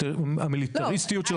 אמרו: עצם הרעיון שהוריי בכלל יתעסקו בהיבט